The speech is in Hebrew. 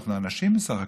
אנחנו אנשים בסך הכול.